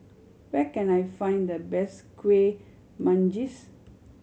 where can I find the best Kueh Manggis